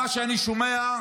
מה שאני שומע,